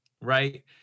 right